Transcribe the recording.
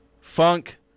funk